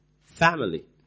family